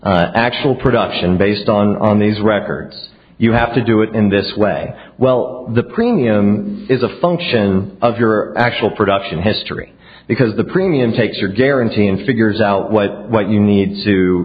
calculate actual production based on on these records you have to do it in this way well the premium is a function of your actual production history because the premium takes your guarantee and figures out what what you need to